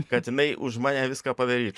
kad jinai už mane viską padaryt